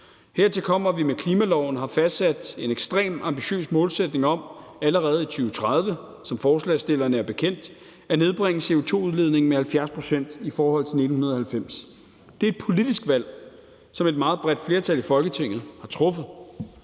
Hertil kommer, at vi med klimaloven har fastsat en ekstremt ambitiøs målsætning om allerede i 2030 – som det er forslagsstillerne bekendt – at nedbringe CO2-udledningen med 70 pct. i forhold til 1990. Det er et politisk valg, som et meget bredt flertal i Folketinget har truffet.